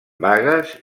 vagues